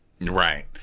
Right